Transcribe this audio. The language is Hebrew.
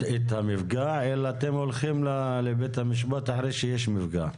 המפגע אלא אתם הולכים לבית המשפט אחרי שיש מפגע?